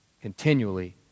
continually